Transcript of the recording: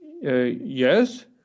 Yes